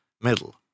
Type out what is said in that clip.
middle